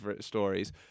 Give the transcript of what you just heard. stories